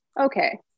okay